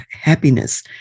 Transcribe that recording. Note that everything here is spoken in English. happiness